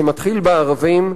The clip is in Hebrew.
שמתחיל בערבים,